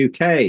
UK